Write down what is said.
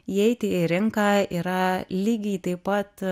įeiti į rinką yra lygiai taip pat